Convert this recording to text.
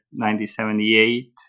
1978